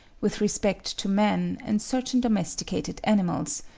with respect to man and certain domesticated animals,